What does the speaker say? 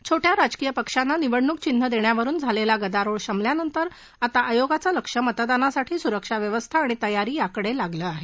छो ंग्रा राजकीय पक्षांना निवडणूक चिन्ह देण्यावरून झालेला गदारोळ शमल्यानंतर आता आयोगाचं लक्ष मतदानासाठी सुरक्षा व्यवस्था आणि तयारी याकडे लागलं आहे